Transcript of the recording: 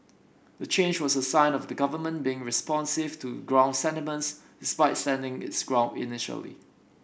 the change was a sign of the government being responsive to ground sentiments despite sending its ground initially